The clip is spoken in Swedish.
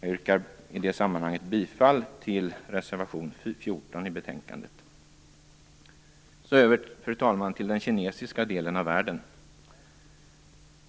Jag yrkar i det sammanhanget bifall till reservation 14 Så vill jag , fru talman, gå över till den kinesiska delen av världen.